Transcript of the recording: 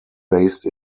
based